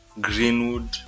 Greenwood